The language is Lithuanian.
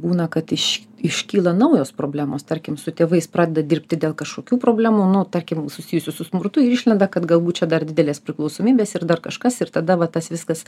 būna kad iš iškyla naujos problemos tarkim su tėvais pradeda dirbti dėl kažkokių problemų nu tarkim susijusių su smurtu ir išlenda kad galbūt čia dar didelės priklausomybės ir dar kažkas ir tada va tas viskas